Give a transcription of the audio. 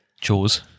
chores